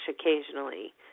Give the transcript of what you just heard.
occasionally